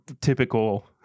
typical